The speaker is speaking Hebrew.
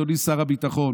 אדוני שר הביטחון,